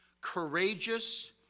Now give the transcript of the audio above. courageous